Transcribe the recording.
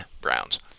Browns